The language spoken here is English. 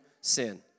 sin